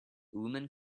woman